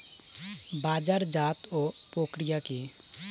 বাজারজাতও প্রক্রিয়া কি?